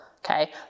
Okay